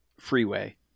freeway